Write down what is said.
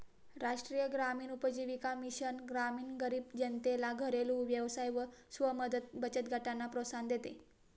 राष्ट्रीय ग्रामीण उपजीविका मिशन ग्रामीण गरीब जनतेला घरेलु व्यवसाय व स्व मदत बचत गटांना प्रोत्साहन देते